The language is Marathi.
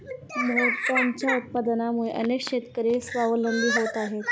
मोत्यांच्या उत्पादनामुळे अनेक शेतकरी स्वावलंबी होत आहेत